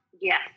Yes